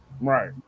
right